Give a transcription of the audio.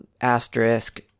asterisk